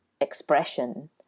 expression